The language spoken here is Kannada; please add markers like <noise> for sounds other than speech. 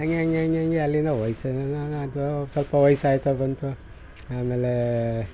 ಹಾಗೆ ಹಾಗೆ ಹಾಗೆ ಹಾಗೆ ಅಲ್ಲಿಂದ <unintelligible> ಅಥವಾ ಸ್ವಲ್ಪ ವಯಸ್ಸಾಯ್ತ ಬಂತು ಆಮೇಲೆ